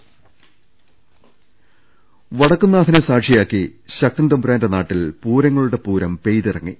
ൾ ൽ ൾ വടക്കുംനാഥനെ സാക്ഷിയാക്കി ശക്തൻ തമ്പുരാന്റെ നാട്ടിൽ പൂര ങ്ങളുടെ പൂരം പെയ്തിറങ്ങി